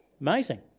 Amazing